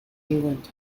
england